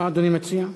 מה אדוני מציע?